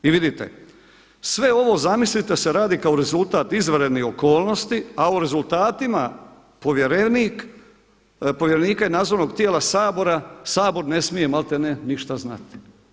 I vidite, sve ovo zamislite se radi kao rezultat izvanrednih okolnosti, a o rezultatima povjerenika i nadzornog tijela Sabora, Sabor ne smije maltene ništa znati.